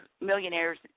millionaires